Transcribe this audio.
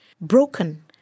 Broken